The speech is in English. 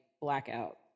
blackout